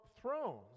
thrones